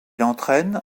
entraîne